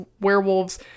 werewolves